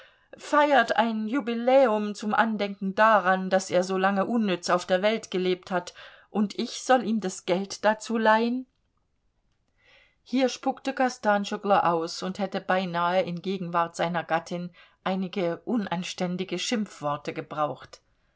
feiert ein jubiläum zum andenken daran daß er solange unnütz auf der welt gelebt hat und ich soll ihm das geld dazu leihen hier spuckte kostanschoglo aus und hätte beinahe in gegenwart seiner gattin einige unanständige schimpfworte gebraucht